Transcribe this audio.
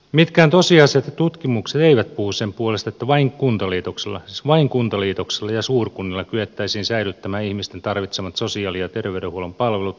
mitkään tosiasiat ja tutkimukset eivät puhu sen puolesta että vain kuntaliitoksilla siis vain kuntaliitoksilla ja suurkunnilla kyettäisiin säilyttämään ihmisten tarvitsemat sosiaali ja terveydenhuollon palvelut koulupalvelut ja niin edelleen